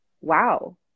wow